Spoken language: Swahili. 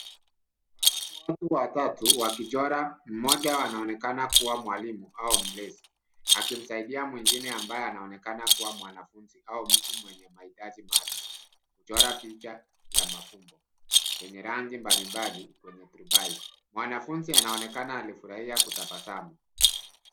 Hawa ni watu watatu wakichora. Mmoja anaonekana kua mwalimu au mlezi, akimsaidia mwingine ambaye anaonekana kua mwanafunzi au mtu mwenye mahitaji maalumu , kuchora picha ya mafumbo, yenye rangi mbali mbali kwenye turubai. Mwanafunzi anaonekana alifurahia kutabasamu.